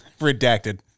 Redacted